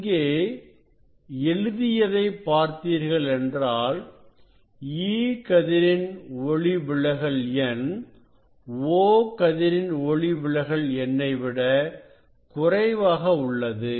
இங்கே எழுதியதை பார்த்தீர்களென்றால் E கதிரின் ஒளிவிலகல் எண் O கதிரின் ஒளிவிலகல் எண்ணை விட குறைவாக உள்ளது